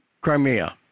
Crimea